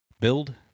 Build